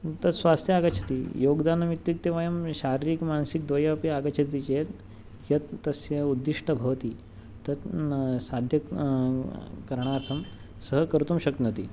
तत् स्वास्थ्ये आगच्छति योगदानमित्युक्ते वयं शारीरिकं मानसिकं द्वयम् अपि आगच्छति चेत् कियत् तस्य उद्दिष्टं भवति तत् साध्यं करणार्थं सहकर्तुं शक्नोति